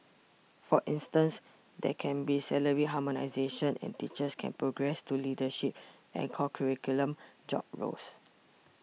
for instance there can be salary harmonisation and teachers can progress to leadership and curriculum job roles